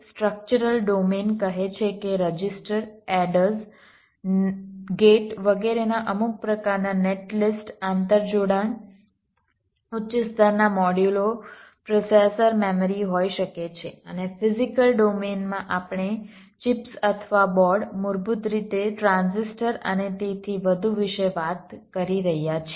structural domain કહે છે કે રજિસ્ટર એડર્સ ગેટ વગેરેના અમુક પ્રકારના નેટ લિસ્ટ આંતરજોડાણ ઉચ્ચ સ્તરના મોડ્યુલો પ્રોસેસર મેમરી હોઈ શકે છે અને ફિઝીકલ ડોમેનમાં આપણે ચિપ્સ અથવા બોર્ડ મૂળભૂત સેલ ટ્રાન્ઝિસ્ટર અને તેથી વધુ વિશે વાત કરી રહ્યા છીએ